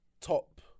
top